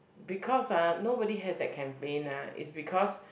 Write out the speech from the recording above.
because ah nobody has that campaign ah is because